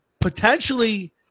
Potentially